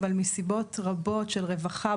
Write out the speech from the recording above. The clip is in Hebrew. אבל מסיבות רבות של רווחה,